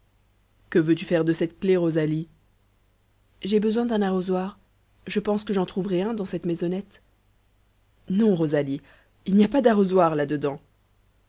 que veux-tu faire de cette clef rosalie j'ai besoin d'un arrosoir je pense que j'en trouverai un dans cette maisonnette non rosalie il n'y a pas d'arrosoir